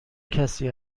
کسی